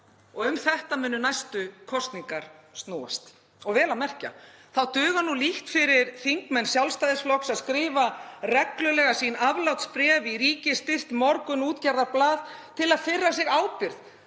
Um það munu næstu kosningar snúast. Og vel að merkja, þá dugar nú lítt fyrir þingmenn Sjálfstæðisflokks að skrifa reglulega aflátsbréf í ríkisstyrkt Morgunútgerðablað til að firra sig ábyrgð